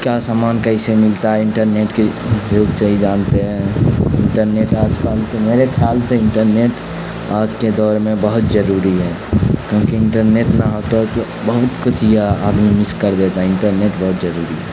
کیا سامان کیسے ملتا ہے انٹرنیٹ کے اپیوگ سے ہی جانتے ہیں انٹرنیٹ آج کل تو میرے خیال سے انٹرنیٹ آج کے دور میں بہت ضروری ہے کیونکہ انٹرنیٹ نہ ہوتا تو بہت کچھ یا آدمی مس کر دیتا ہے انٹرنیٹ بہت ضروری ہے